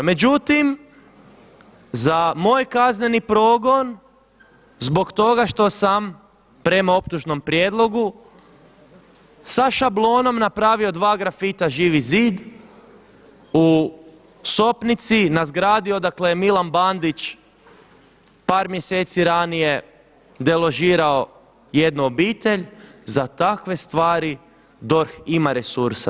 Međutim za moj kazneni progon zbog toga što sam prema optužnom prijedlogu sa šablonom napravio dva grafita Živi zid u Sopnici na zgradi odakle je Milan Bandić par mjeseci ranije deložirao jednu obitelj za takve stvari DORH ima resursa.